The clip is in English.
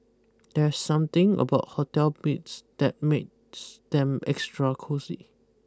there's something about hotel beds that makes them extra cosy